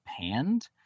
panned